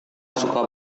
suka